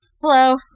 Hello